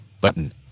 Button